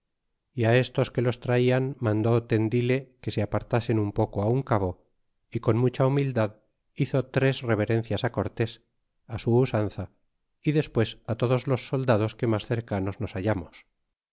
y á estos que los traían mandó tendile que se apartasen un poco un cabo y con mucha humildad hizo tres reverencias cortés á su usanza y despues á todos los soldados que mas cercanos nos hallamos